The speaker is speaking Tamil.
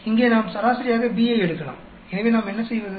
இங்கே நாம் சராசரியாக B ஐ எடுக்கலாம் எனவே நாம் என்ன செய்வது